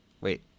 wait